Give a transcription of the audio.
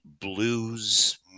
blues